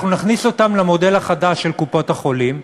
אנחנו נכניס אותם למודל החדש של קופות-החולים,